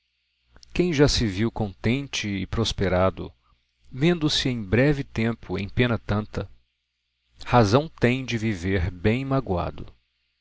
quem já se viu contente e prosperado vendo se em breve tempo em pena tanta razão tem de viver bem magoado